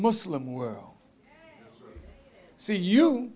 muslim world so you